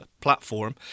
platform